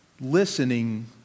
Listening